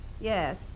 Yes